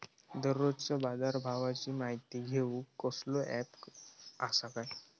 दररोजच्या बाजारभावाची माहिती घेऊक कसलो अँप आसा काय?